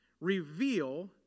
reveal